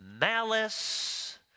malice